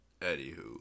anywho